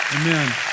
Amen